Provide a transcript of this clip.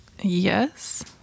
Yes